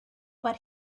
but